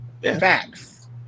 facts